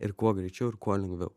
ir kuo greičiau ir kuo lengviau